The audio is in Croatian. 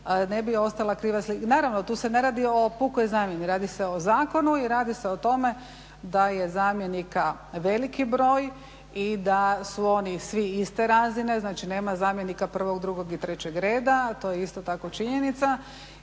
ne bi ostala kriva slika. Naravno tu se ne radi o pukoj zamjeni, radi se o zakonu i radi se o tome da je zamjenika veliki broj i da su oni svi iste razine, znači nema zamjenika prvog, drugog i trećeg reda, to je isto tako činjenica.